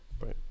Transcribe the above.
Right